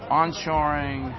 onshoring